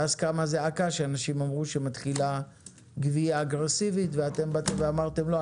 ואז קמה זעקה שאנשים אמרו שמתחילה גבייה אגרסיבית ואתם באתם ואמרתם: לא,